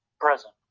present